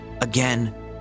Again